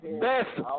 best